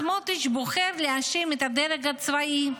סמוטריץ' בוחר להאשים את הדרג הצבאי.